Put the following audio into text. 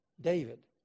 David